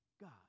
God